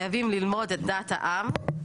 חייבים ללמוד את דעת העם,